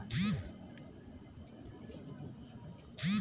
विश्व बाजार में मगरमच्छ के खाल से बनल समान के बहुत मांग होला